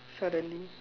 suddenly